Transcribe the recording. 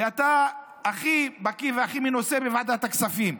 ואתה הכי בקי והכי מנוסה בוועדת הכספים,